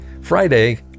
Friday